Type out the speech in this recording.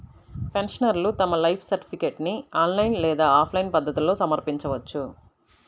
పెన్షనర్లు తమ లైఫ్ సర్టిఫికేట్ను ఆన్లైన్ లేదా ఆఫ్లైన్ పద్ధతుల్లో సమర్పించవచ్చు